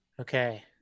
Okay